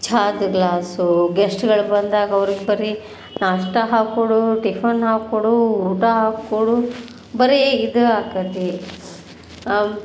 ಚಹಾದ್ glass ಗೆಶ್ಟ್ಗಳು ಬಂದಾಗ ಅವ್ರಿಗೆ ಬರೀ ನಾಷ್ಟ ಹಾಕ್ಕೊಡು ಟಿಫನ್ ಹಾಕ್ಕೊಡು ಊಟ ಹಾಕ್ಕೊಡು ಬರೀ ಇದೇ ಆಕ್ಕತ್ತಿ